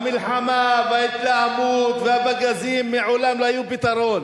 המלחמה וההתלהמות והפגזים מעולם לא היו פתרון.